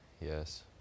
Yes